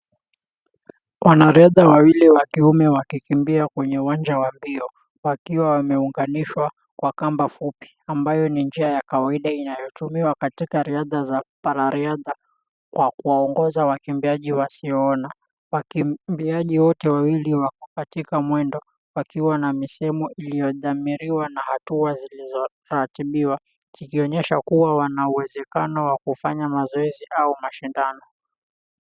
Wanariadha wawili wa kiume wakikimbia kwenye uwanja wa mbio wakiwa wameunganishwa kwa kamba fupi ambayo ni njia ya kawaida inayotumiwa katika riadha za parariadha kwa kuwaongoza wanariadha wasioona. Wakimbiaji wote wawili wako katika mwendo wakiwa na misimu iliyodhamiriwa na hatua zilizoratibiwa zikionyesha kuwa wana uwezekano wa kufanya mazoezi au mashindano.